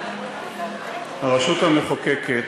הרשות המחוקקת,